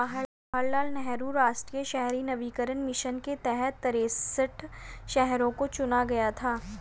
जवाहर लाल नेहरू राष्ट्रीय शहरी नवीकरण मिशन के तहत तिरेसठ शहरों को चुना गया था